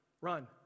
run